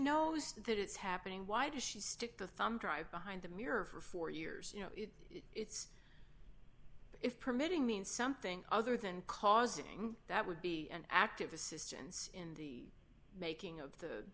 knows that it's happening why did she stick the thumb drive behind the mirror for four years you know if it's if permitting mean something other than causing that would be an active assistance in the making of the